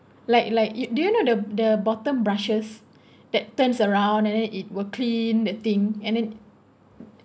like like it do you know the the bottom brushes that turns around and then it will clean the thing and then